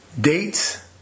dates